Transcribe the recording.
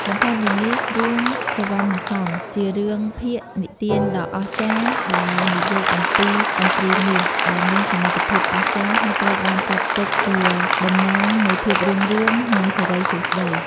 បន្ថែមពីនេះ រឿង សុវណ្ណាហង្សជារឿងភាគនិទានដ៏អស្ចារ្យដែលនិយាយអំពី ឥន្ទ្រីមាស ដែលមានសមត្ថភាពអស្ចារ្យ ហើយត្រូវបានចាត់ទុកជាតំណាងនៃភាពរុងរឿង និងសិរីសួស្ដី។